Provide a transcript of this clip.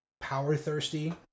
power-thirsty